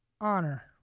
Honor